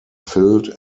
filled